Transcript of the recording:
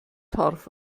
torf